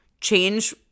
change